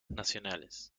nacionales